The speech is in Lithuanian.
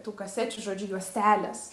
tų kasečių žodžiu juostelės